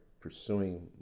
pursuing